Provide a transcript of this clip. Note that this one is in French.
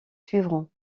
suivront